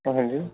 ہاں جی